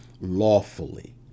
lawfully